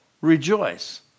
rejoice